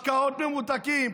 משקאות ממותקים,